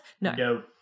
No